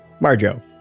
Marjo